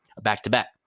back-to-back